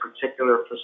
particular